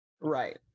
Right